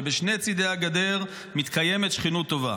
שבשני צידי הגדר מתקיימת שכנות טובה.